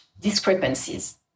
discrepancies